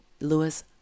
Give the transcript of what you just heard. Lewis